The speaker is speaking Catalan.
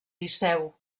liceu